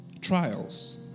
Trials